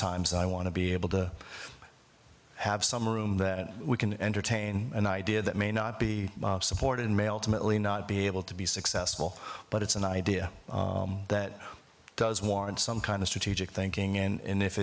times i want to be able to have some room that we can entertain an idea that may not be supported male timidly not be able to be successful but it's an idea that does warrant some kind of strategic thinking